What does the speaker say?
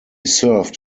served